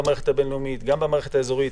במערכת הבין-לאומית וגם במערכת האזורית.